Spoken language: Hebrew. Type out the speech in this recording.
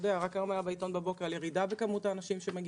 כפי שפורסם בעיתונות הבוקר,